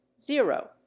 zero